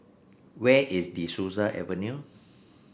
where is De Souza Avenue